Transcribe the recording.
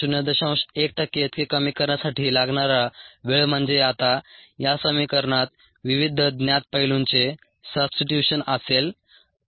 1 टक्के इतके कमी करण्यासाठी लागणारा वेळ म्हणजे आता या समीकरणात विविध ज्ञात पैलूंचे सबस्टीट्यूटशन असेल 2